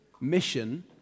mission